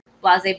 Blase